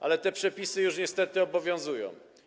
Ale te przepisy już niestety obowiązują.